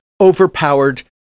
overpowered